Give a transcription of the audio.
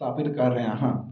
ਸਥਾਪਿਤ ਕਰ ਰਿਹਾ ਹਾਂ